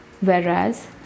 Whereas